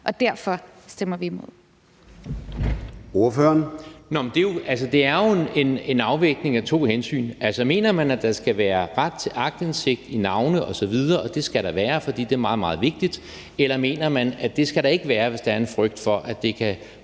E. Jørgensen (V): Det er jo en afvejning af to hensyn. Mener man, at der skal være ret til aktindsigt i navne osv., og at det skal der være, fordi det er meget, meget vigtigt, eller mener man, at det skal der ikke være, hvis der er en frygt for, at det kan